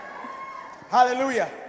Hallelujah